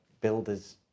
builders